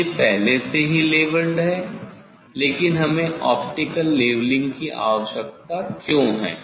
चीजें पहले से ही लेवेलेड हैं लेकिन हमें ऑप्टिकल लेवलिंग की आवश्यकता क्यों है